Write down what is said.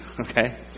okay